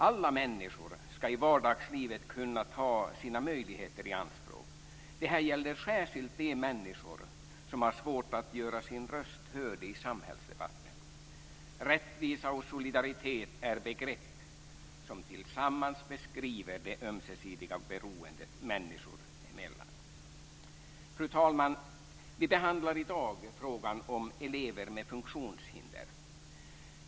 Alla människor ska i vardagslivet kunna ta sina möjligheter i anspråk. Det här gäller särskilt de människor som har svårt att göra sin röst hörd i samhällsdebatten. Rättvisa och solidaritet är begrepp som tillsammans beskriver det ömsesidiga beroendet människor emellan. Fru talman! Vi behandlar i dag frågan om elever med funktionshinder.